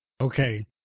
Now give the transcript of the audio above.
Okay